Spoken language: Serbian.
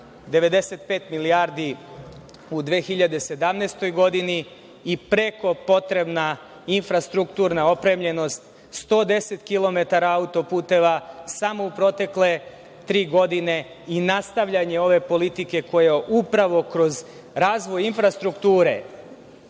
95 milijardi u 2017. godini i preko potrebna infrastrukturna opremljenost, 110 kilometara autoputeva samo u protekle tri godine i nastavljanje ove politike koja upravo kroz razvoj infrastrukture,